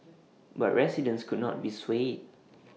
but residents could not be swayed